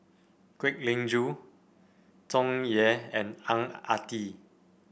Kwek Leng Joo Tsung Yeh and Ang Ah Tee